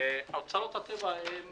אוצרות הטבע הן